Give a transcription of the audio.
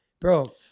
bro